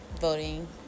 voting